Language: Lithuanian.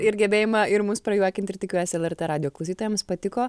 ir gebėjimą ir mus prajuokint ir tikiuosi lrt radijo klausytojams patiko